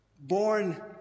Born